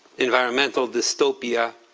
environmental dystopia,